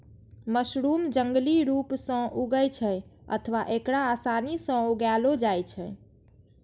mushroom जंगली रूप सं उगै छै अथवा एकरा आसानी सं उगाएलो जाइ छै